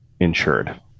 insured